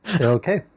Okay